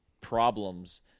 problems